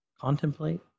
Contemplate